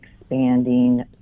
expanding